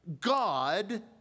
God